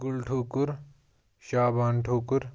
Gul Thokar Shahban Thokar